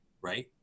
right